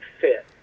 fit